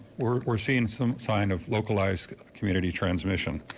we're we're seeing some sign of localized community transmission.